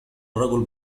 الرجل